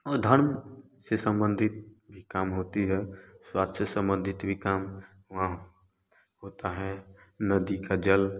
और धर्म से सम्बंधित भी काम होता है स्वास्थ्य से सम्बंधित भी काम वहाँ होता है नदी का जल